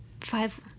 five